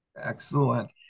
Excellent